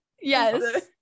Yes